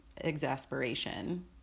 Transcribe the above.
exasperation